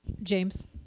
James